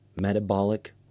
Metabolic